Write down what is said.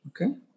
Okay